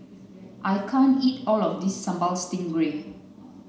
I can't eat all of this sambal stingray